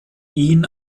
ihn